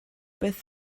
beth